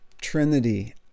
trinity